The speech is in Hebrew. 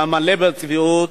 מלא בצביעות.